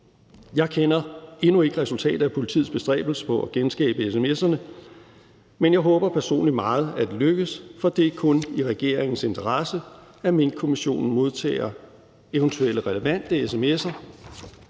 Jeg kender endnu ikke resultatet af politiets bestræbelse på at genskabe sms'erne, men jeg håber personligt meget, at det lykkes, for det er kun i regeringens interesse, at Minkkommissionen modtager eventuelle relevante sms'er.